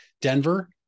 Denver